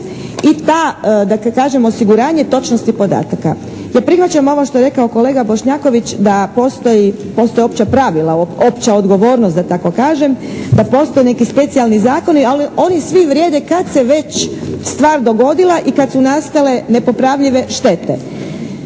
kažem osiguranje točnosti podataka. Ja prihvaćam ovo što je rekao kolega Bošnjaković da postoje opća pravila, opća odgovornost da tako kažem, da postoje neki specijalni zakoni ali oni svi vrijede kad se već stvar dogodila i kad su nastale nepopravljive štete.